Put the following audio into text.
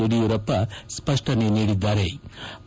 ಯಡಿಯೂರಪ್ಪ ಸ್ಪಷ್ಟನೆ ನೀಡಿದ್ಗಾರೆ